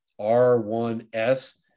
R1S